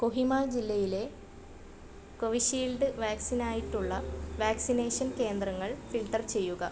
കൊഹിമ ജില്ലയിലെ കോവിഷീൽഡ് വാക്സിനായിട്ടുള്ള വാക്സിനേഷൻ കേന്ദ്രങ്ങൾ ഫിൽട്ടർ ചെയ്യുക